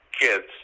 kids